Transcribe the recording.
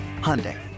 Hyundai